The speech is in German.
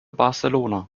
barcelona